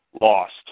lost